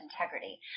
integrity